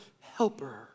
helper